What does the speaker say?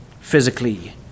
physically